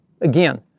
again